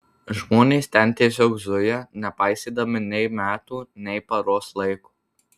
žmonės ten tiesiog zuja nepaisydami nei metų nei paros laiko